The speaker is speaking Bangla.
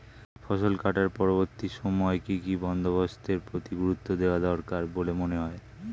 ফসল কাটার পরবর্তী সময়ে কি কি বন্দোবস্তের প্রতি গুরুত্ব দেওয়া দরকার বলে মনে হয়?